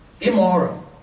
immoral